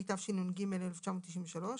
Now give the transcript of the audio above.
התשנ"ח-1998,